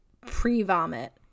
pre-vomit